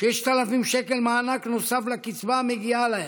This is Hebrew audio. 6,000 שקל מענק נוסף על הקצבה המגיעה להם,